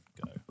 go